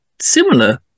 similar